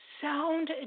sound